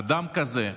אדם כזה,